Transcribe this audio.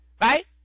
Right